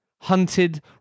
Hunted